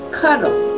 cuddle